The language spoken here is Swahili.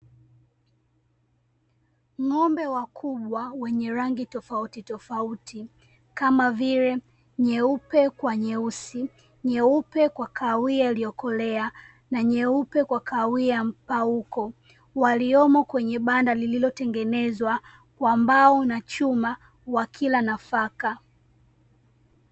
Ng'ombe wakubwa wenye rangi tofauti tofauti kama vile: nyeupe kwa nyeusi, nyeupe kwa kahawia iliyokolea na nyeupe kwa kahawia ya mpauko. Waliomo kwenye banda lililotengenezwa kwa mbao na chuma, wakila nafaka.